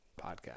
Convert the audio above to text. podcast